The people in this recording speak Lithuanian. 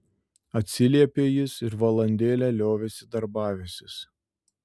atsiliepė jis ir valandėlę liovėsi darbavęsis